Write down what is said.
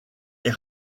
est